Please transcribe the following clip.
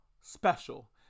special